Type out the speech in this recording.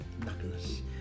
darkness